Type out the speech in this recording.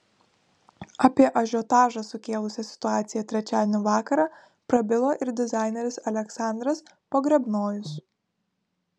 apie ažiotažą sukėlusią situaciją trečiadienio vakarą prabilo ir dizaineris aleksandras pogrebnojus